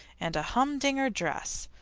and a humdinger dress.